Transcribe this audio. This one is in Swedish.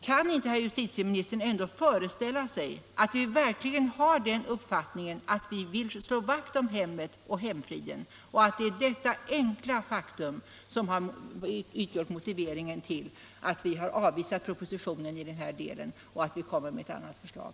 Kan inte herr justitieministern föreställa sig att vi verkligen vill slå vakt om hemmet och hemfriden och att det är detta enkla faktum som har utgjort motiveringen till att vi avvisar propositionen i den här delen och kommer med ett annat förslag?